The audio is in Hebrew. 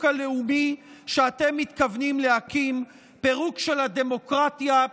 הלאומי שאתם מתכוונים להקים: פירוק של הדמוקרטיה,